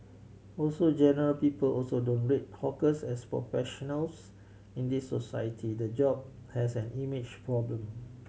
also general people also don't rate hawkers as professionals in this society the job has an image problem